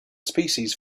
species